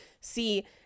See